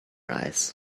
eyes